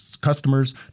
customers